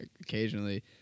occasionally